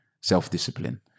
self-discipline